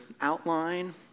outline